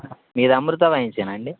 మీరు అమృత నుంచెనాండి